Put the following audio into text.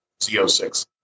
Z06